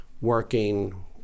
working